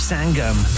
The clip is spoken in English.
Sangam